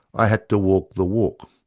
i had to walk the walk!